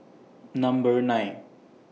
Number nine